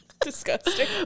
Disgusting